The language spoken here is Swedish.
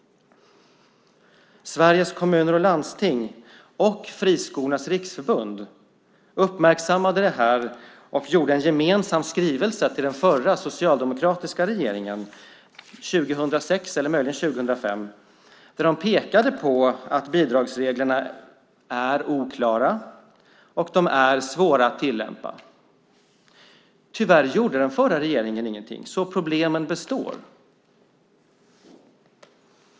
Sveriges Kommuner och Landsting och Friskolornas riksförbund uppmärksammade det här och gjorde en gemensam skrivelse till den förra socialdemokratiska regeringen 2006, eller möjligen 2005, där de pekade på att bidragsreglerna är oklara och svåra att tillämpa. Tyvärr gjorde den förra regeringen ingenting, så problemet består.